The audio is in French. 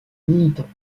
militants